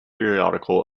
periodical